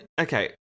okay